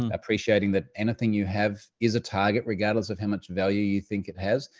appreciating that anything you have is a target, regardless of how much value you think it has.